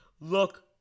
look